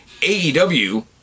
AEW